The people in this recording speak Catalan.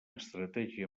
estratègia